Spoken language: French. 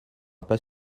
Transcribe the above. pas